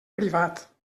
privat